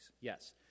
Yes